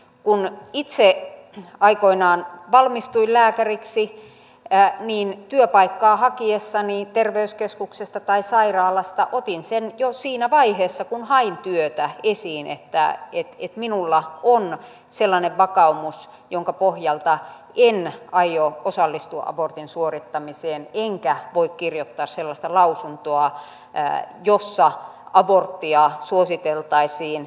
kun itse aikoinaan valmistuin lääkäriksi niin työpaikkaa hakiessani terveyskeskuksesta tai sairaalasta otin sen jo siinä vaiheessa kun hain työtä esiin että minulla on sellainen vakaumus jonka pohjalta en aio osallistua abortin suorittamiseen enkä voi kirjoittaa sellaista lausuntoa jossa aborttia suositeltaisiin